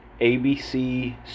ABC